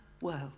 world